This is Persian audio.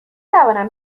توانم